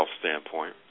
standpoint